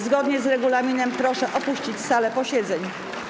Zgodnie z regulaminem proszę opuścić salę posiedzeń.